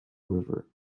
river